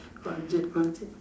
budget budget